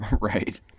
Right